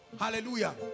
Hallelujah